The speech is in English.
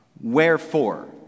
Wherefore